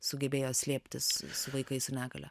sugebėjo slėptis su vaikais su negalia